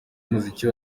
umuziki